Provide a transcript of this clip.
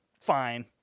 Fine